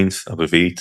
קווינס – הרביעית,